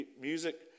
music